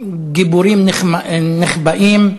"גיבורים נחבאים",